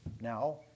now